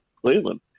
Cleveland